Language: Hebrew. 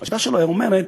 השיטה שלו אומרת